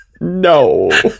No